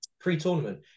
pre-tournament